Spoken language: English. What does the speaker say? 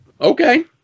Okay